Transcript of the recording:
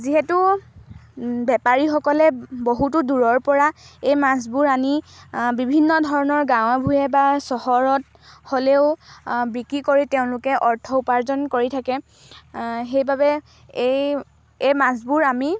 যিহেতু বেপাৰীসকলে বহুতো দূৰৰ পৰা এই মাছবোৰ আনি বিভিন্ন ধৰণৰ গাঁৱে ভূঞে বা চহৰত হ'লেও বিক্ৰী কৰি তেওঁলোকে অৰ্থ উপাৰ্জন কৰি থাকে সেইবাবে এই এই মাছবোৰ আমি